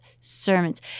sermons